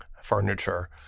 furniture